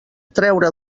traure